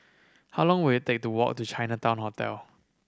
how long will it take to walk to Chinatown Hotel